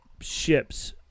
ships